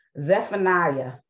Zephaniah